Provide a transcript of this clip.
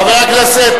חבר הכנסת